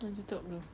mm tutup belum